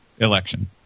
election